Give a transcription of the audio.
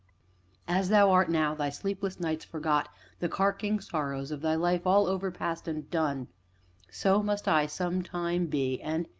as thou art now, thy sleepless nights forgot the carking sorrows of thy life all overpast, and done so must i some time be, and,